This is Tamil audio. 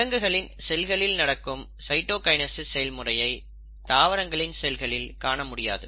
விலங்குகளின் செல்களில் நடக்கும் சைட்டோகைனசிஸ் செயல்முறையை தாவரங்களின் செல்களில் காணமுடியாது